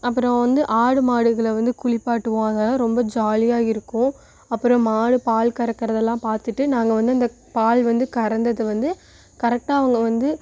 அப்பறம் வந்து ஆடு மாடுகளை வந்து குளிப்பாட்டுவோம் அதலா ரொம்ப ஜாலியாக இருக்கும் அப்பறம் மாடு பால் கறக்கிறதுலாம் பார்த்துட்டு நாங்கள் வந்து இந்த பால் வந்து கறந்தது வந்து கரெக்டாக அவங்க வந்து